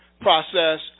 process